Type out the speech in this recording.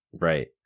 Right